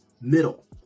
middle